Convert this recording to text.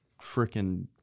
freaking